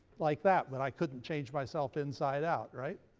like that, but i couldn't change myself inside out. right?